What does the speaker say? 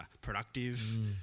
productive